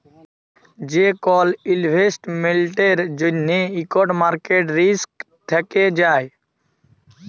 যে কল ইলভেস্টমেল্টের জ্যনহে ইকট মার্কেট রিস্ক থ্যাকে যায়